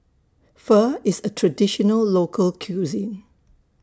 Pho IS A Traditional Local Cuisine